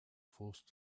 forced